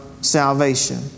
salvation